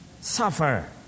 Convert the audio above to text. suffer